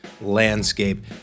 landscape